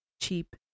cheap